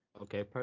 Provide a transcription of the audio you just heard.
Okay